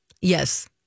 Yes